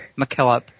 McKillop